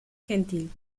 gentil